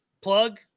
plug